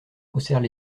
haussèrent